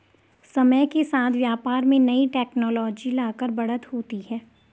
समय के साथ व्यापार में नई टेक्नोलॉजी लाकर बढ़त होती है